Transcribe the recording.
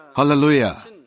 Hallelujah